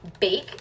bake